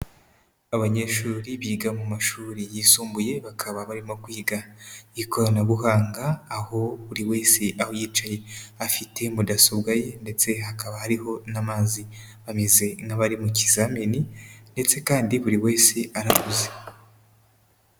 Abanyeshuri biga mu mashuri yisumbuye bakaba barimo kwiga ikoranabuhanga, aho buri wese aho yicaye afite mudasobwa ye ndetse hakaba hariho n'amazi, bameze nk'abari mu kizamini ndetse kandi buri wese arahuze.